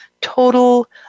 total